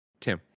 Tim